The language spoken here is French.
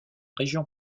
région